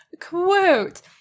Quote